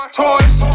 toys